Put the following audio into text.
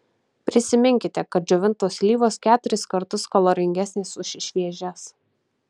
prisiminkite kad džiovintos slyvos keturis kartus kaloringesnės už šviežias